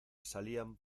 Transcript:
salían